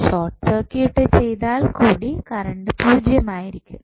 short circuit ചെയ്താൽ കൂടി current പൂജ്യം ആയിരിക്കും